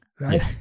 right